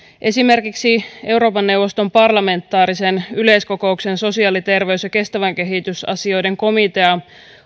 esimerkiksi euroopan neuvoston parlamentaarisen yleiskokouksen sosiaali terveys ja kestävän kehityksen asioiden komitea